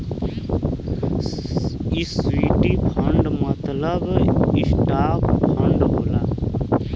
equity fund मतलब stock fund होला